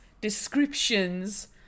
descriptions